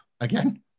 again